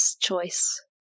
choice